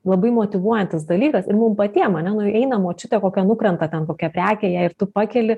labai motyvuojantis dalykas ir mum patiem ane nu eina močiutė kokia nukrenta ten kokia prekė jai ir tu pakeli